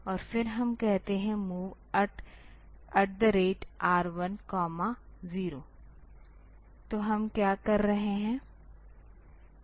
और फिर हम कहते हैं MOV R10 तो हम क्या कर रहे हैं